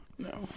No